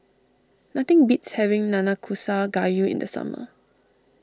nothing beats having Nanakusa Gayu in the summer